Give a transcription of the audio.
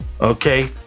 okay